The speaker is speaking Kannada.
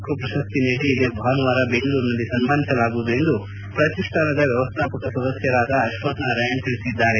ಕೃ ಪ್ರಶಸ್ತಿ ನೀಡಿ ಇದೇ ಭಾನುವಾರ ಬೆಂಗಳೂರಿನಲ್ಲಿ ಸನ್ಮಾನಿಸಲಾಗುವುದು ಎಂದು ಪ್ರತಿಷ್ಠಾನದ ವ್ಯವಸ್ಥಾಪಕ ಸದಸ್ಯರಾದ ಅಶ್ವಥ್ ನಾರಾಯಣ್ ತಿಳಿಸಿದ್ದಾರೆ